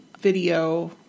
video